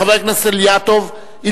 חבר הכנסת אילטוב,